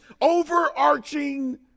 overarching